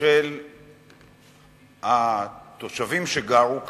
של התושבים שגרו כאן,